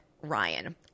Ryan